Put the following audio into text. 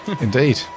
indeed